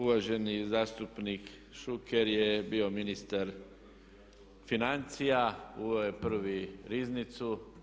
Uvaženi zastupnik Šuker je bio ministar financija, uveo je prvi riznicu.